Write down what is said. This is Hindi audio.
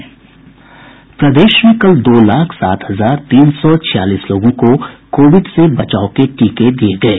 प्रदेश में कल दो लाख सात हजार तीन सौ छियालीस लोगों को कोविड से बचाव के टीके दिये गये